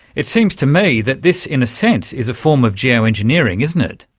it seems to me that this in a sense is a form of geo-engineering, isn't it?